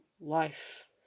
life